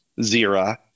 Zira